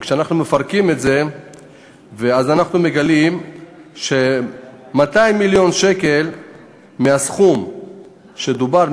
וכשאנחנו מפרקים את זה אנחנו מגלים ש-200 מיליון שקל מהסכום שדובר,